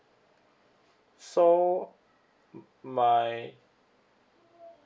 so my